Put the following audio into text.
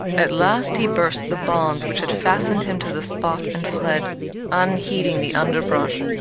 at last he burst the bonds which had fastened him to the spot and fled unheeding the underbrush.